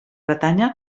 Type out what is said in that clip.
bretanya